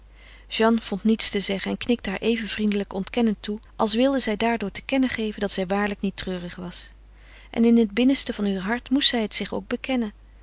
jeanne vond niets te zeggen en knikte haar even vriendelijk ontkennend toe als wilde zij daardoor te kennen geven dat zij waarlijk niet treurig was en in het binnenste van heur hart moest zij het zich ook bekennen